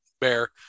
bear